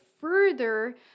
further